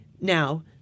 Now